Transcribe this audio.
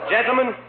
Gentlemen